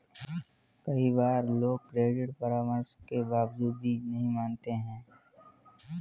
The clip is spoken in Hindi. कई बार लोग क्रेडिट परामर्श के बावजूद भी नहीं मानते हैं